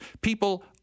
people